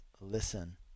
listen